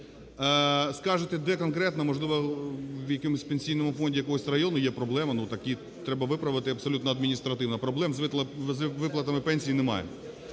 Скажете, де конкретно, можливо, в якомусь Пенсійному фонді якогось району є проблеми, так її треба виправити абсолютно адміністративно. Проблем з виплатами пенсій немає.